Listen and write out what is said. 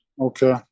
okay